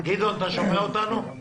אני